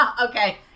Okay